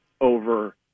over